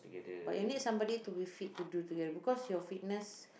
but you need somebody to be fit to do together because your fitness